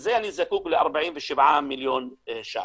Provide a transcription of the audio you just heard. ולזה אני זקוק ל-47 מיליון ₪.